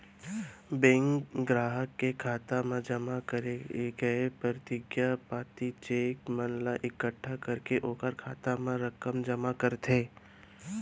bank गराहक के खाता म जमा करे गय परतिगिया पाती, चेक मन ला एकट्ठा करके ओकर खाता म रकम जमा करथे